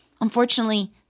unfortunately